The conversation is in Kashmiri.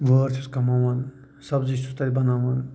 وٲرۍ چھُس کماوان سبزِی چھُس تَتہِ بناوان